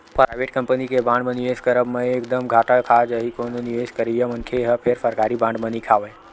private company के bond म निवेस करब म एक दम घाटा खा जाही कोनो निवेस करइया मनखे ह फेर सरकारी बांड म नइ खावय